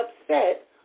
upset